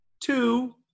two